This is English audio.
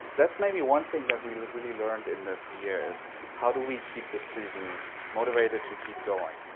that's maybe one thing that we really learned in this year is how do we keep the students motivated to keep going,